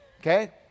Okay